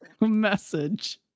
message